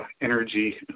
energy